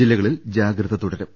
ജില്ലകളിൽ ജാഗ്രത തുടരും